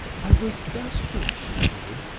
i was desperate, she pleaded.